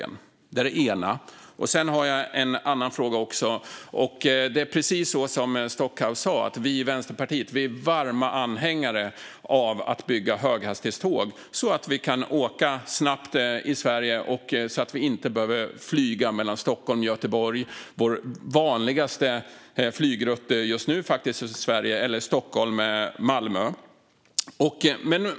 Det är det ena. Sedan har jag en annan fråga. Precis som Maria Stockhaus sa är vi i Vänsterpartiet varma anhängare av att bygga höghastighetsjärnväg, så att vi kan åka snabbt i Sverige och inte behöver flyga mellan Stockholm och Göteborg - vår vanligaste flygrutt i Sverige just nu - eller mellan Stockholm och Malmö.